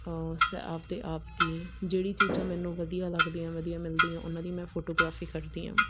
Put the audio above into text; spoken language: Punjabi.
ਸ ਆਪਣੇ ਆਪ ਦੀ ਜਿਹੜੀ ਚੀਜ਼ਾਂ ਮੈਨੂੰ ਵਧੀਆ ਲੱਗਦੀਆਂ ਵਧੀਆ ਮਿਲਦੀਆਂ ਉਹਨਾਂ ਦੀ ਮੈਂ ਫੋਟੋਗ੍ਰਾਫੀ ਕਰਦੀ ਹਾਂ